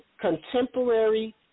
contemporary